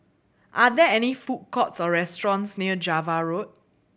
are there any food courts or restaurants near Java Road